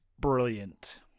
Brilliant